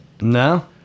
No